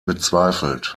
bezweifelt